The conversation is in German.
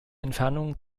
entfernung